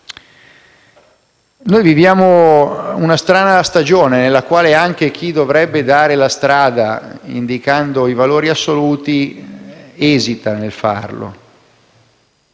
Viviamo una strana stagione nella quale anche chi dovrebbe indicare la strada individuando i valori assoluti esita nel farlo.